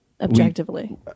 Objectively